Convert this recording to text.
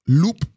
loop